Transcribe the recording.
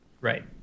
Right